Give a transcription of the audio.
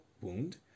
wound